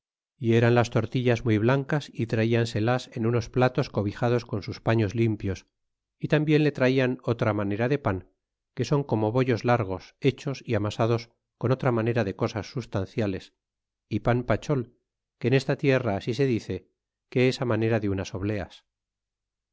y eran las tortillas muy blancas y traíanselas en unos platos cobijados con sus paños limpios y tambien le traian otra manera de pan que son como bollos largos hechos y amasados con otra manera de cosas substanciales y pan pachol que en esta tierra así se dice que es manera de unas obleas